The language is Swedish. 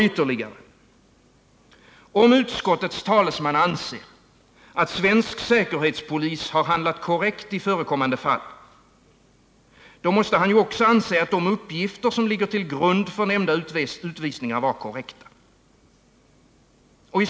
Ytterligare: Om utskottets talesman anser att svensk säkerhetspolis handlat korrekt i förekommande fall, måste han också anse att de uppgifter som ligger till grund för nämnda utvisningar var korrekta.